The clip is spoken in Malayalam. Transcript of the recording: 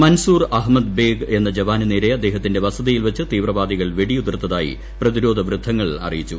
മൻസൂർ അഹമ്മദ് ബേഗ് എന്ന ജവ്വാന് നേരെ അദ്ദേഹത്തിന്റെ വസതിയിൽവെച്ച് തീവ്രവാദികൾ വെടിയുതിർത്തതായി പ്രതിരോധ വൃത്തങ്ങൾ അറിയിച്ചു